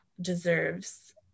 deserves